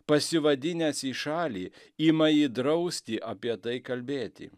pasivadinęs į šalį ima jį drausti apie tai kalbėti